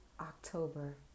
October